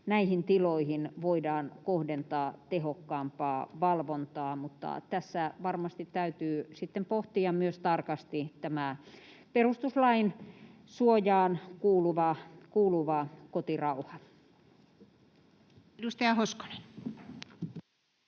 näihin tiloihin voidaan kohdentaa tehokkaampaa valvontaa, mutta tässä varmasti täytyy sitten pohtia myös tarkasti tämä perustuslain suojaan kuuluva kotirauha. [Speech